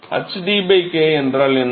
hD k என்றால் என்ன